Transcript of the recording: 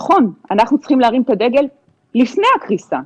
נכון, אנחנו צריכים להרים את הדגל לפני הקריסה.